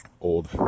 old